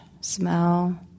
smell